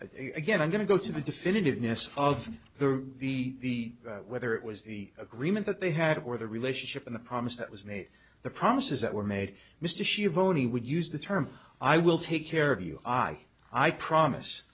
again i'm going to go to the definitiveness of the the whether it was the agreement that they had or the relationship in the promise that was made the promises that were made mr shivani would use the term i will take care of you i i promise